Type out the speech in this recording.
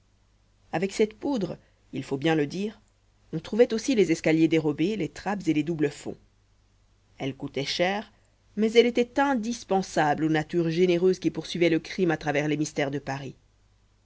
avec cette poudre il faut bien le dire on trouvait aussi les escaliers dérobés les trappes et les double fonds elle coûtait cher mais elle était indispensable aux natures généreuses qui poursuivaient le crime à travers les mystères de paris